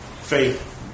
faith